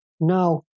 Now